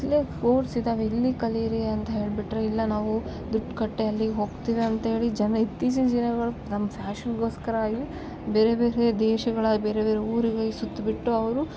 ಇಲ್ಲೇ ಕೋರ್ಸ್ ಇದ್ದಾವೆ ಇಲ್ಲಿ ಕಲಿರಿ ಅಂತ ಹೇಳಿಬಿಟ್ರೆ ಇಲ್ಲ ನಾವು ದುಡ್ಕಟ್ಟೇ ಅಲ್ಲಿಗೆ ಹೋಗ್ತಿವಿ ಅಂತೇಳಿ ಜನ ಇತ್ತೀಚಿನ ಜನಗಳು ನಮ್ಮ ಫ್ಯಾಷನ್ಗೋಸ್ಕರ ಆಗಿಲಿ ಬೇರೆ ಬೇರೆ ದೇಶಗಳ ಬೇರೆ ಬೇರೆ ಊರಿಗಾಗಿ ಸುತ್ತಿ ಬಿಟ್ಟು ಅವರು